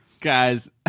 Guys